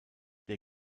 der